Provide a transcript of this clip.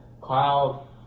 Cloud